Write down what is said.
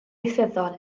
ieithyddol